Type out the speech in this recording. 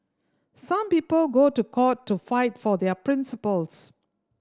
some people go to court to fight for their principles